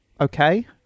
Okay